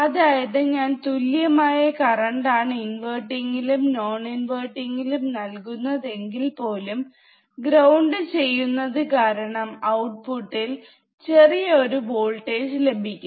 അതായത് ഞാൻ തുല്യമായ കറണ്ട് ആണ് ഇൻവെർട്ടങ്ങിലും നോൺ ഇൻവെർട്ടങ്ങിലും നൽകുന്നത് എങ്കിൽ പോലും ഗ്രൌണ്ട് ചെയ്യുന്നത് കാരണം ഔട്ട്പുട്ടിൽ ചെറിയ ഒരു വോൾട്ടേജ് ലഭിക്കും